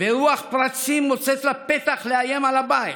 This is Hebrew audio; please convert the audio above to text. ורוח פרצים מוצאת לה פתח לאיים על הבית